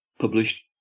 published